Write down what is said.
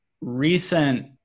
recent